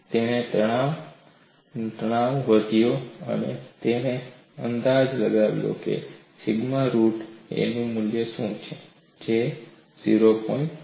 અને તેણે તણાવ વધાર્યો અને તેણે અંદાજ લગાવ્યો કે સિગ્મા રુટ એનું મૂલ્ય શું છે જે 0